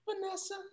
Vanessa